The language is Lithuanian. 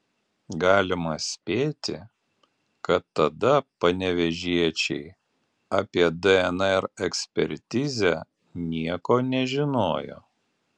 galima spėti kad tada panevėžiečiai apie dnr ekspertizę nieko nežinojo